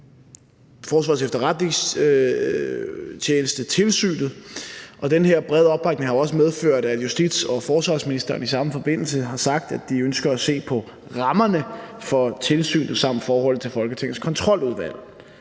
Forsvarets Efterretningstjeneste, tilsynet med det, og den her brede opbakning har jo også medført, at justitsministeren og forsvarsministeren i samme forbindelse har sagt, at de ønsker at se på rammerne for tilsynet samt forholdet til Folketingets Kontroludvalg.